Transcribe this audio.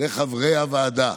לחברי הוועדה,